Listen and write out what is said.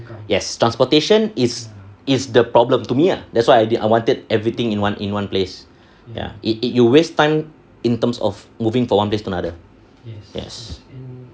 yes transportation is is the problem to me ah that's why I wanted everything in one in one place ya it it you waste time in terms of moving from one place to another yes